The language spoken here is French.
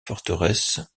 forteresses